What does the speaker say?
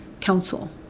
Council